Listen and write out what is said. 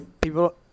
People –